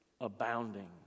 abounding